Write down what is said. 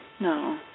No